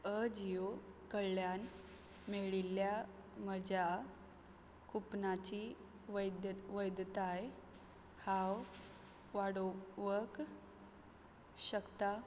अजियो कडल्यान मेळिल्ल्या म्हज्या कुपनाची वैध्यत वैधताय हांव वाडोवंक शकता